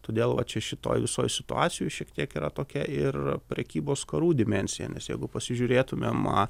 todėl va čia šitoj visoj situacijoj šiek tiek yra tokia ir prekybos karų dimensijomis jeigu pasižiūrėtumėm